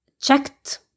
checked